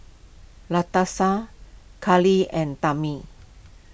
Latasha Karlie and Tammy